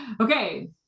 okay